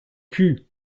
cul